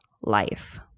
life